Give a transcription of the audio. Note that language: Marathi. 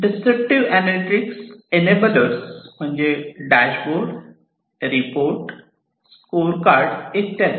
डिस्क्रिप्टिव्ह एनालॅटिक्स अनबलर्स म्हणजे dashboard report scorecard इत्यादी